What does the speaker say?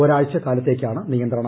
ഒരാഴ്ചക്കാലത്തേക്കാണ് നിയന്ത്രണം